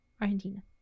Argentina